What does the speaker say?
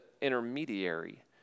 intermediary